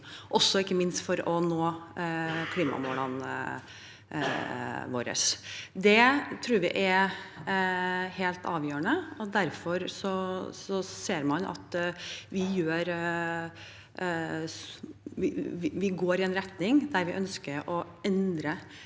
ikke minst for å nå klimamålene våre. Det tror vi er helt avgjørende, og derfor ser man at vi går i en retning der vi ønsker å endre